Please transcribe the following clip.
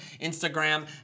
Instagram